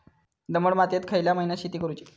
दमट मातयेत खयल्या महिन्यात शेती करुची?